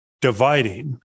dividing